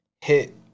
hit